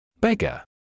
Beggar